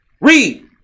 Read